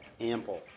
Ample